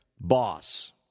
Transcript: boss